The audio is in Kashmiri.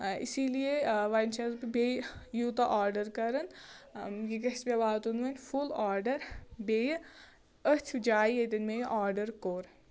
آ اِسی لیے آ وۅنۍ چھَس بہٕ بیٚیہِ یوٗتاہ آرڈَر کَران یہِ گژھِ مےٚ واتُن وۅنۍ فُل آرڈَر بیٚیہِ أتھۍ جایہِ ییٚتٮ۪ن مےٚ یہِ آرڈَر کوٚر